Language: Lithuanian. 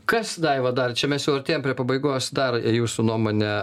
kas daiva dar čia mes jau artėjam prie pabaigos dar jūsų nuomone